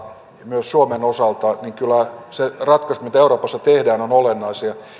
myös suomen osalta ja kyllä ne ratkaisut mitä euroopassa tehdään ovat olennaisia